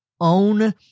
own